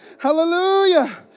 Hallelujah